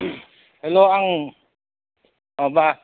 hello आं माबा